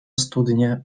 studnie